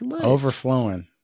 overflowing